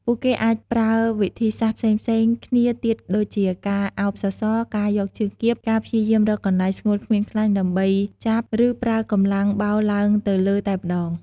ពួកគេអាចប្រើវិធីសាស្រ្តផ្សេងៗគ្នាទៀតដូចជា ការឱបសសរ ការយកជើងគៀប ការព្យាយាមរកកន្លែងស្ងួតគ្មានខ្លាញ់ដើម្បីចាប់ ឬប្រើកម្លាំងបោលឡើងទៅលើតែម្តង។